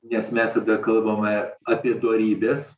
nes mes tada kalbame apie dorybes